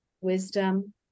wisdom